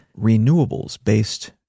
renewables-based